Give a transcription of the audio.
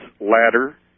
ladder